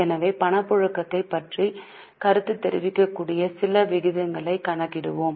எனவே பணப்புழக்கத்தைப் பற்றி கருத்துத் தெரிவிக்கக்கூடிய சில விகிதங்களைக் கணக்கிடுவோம்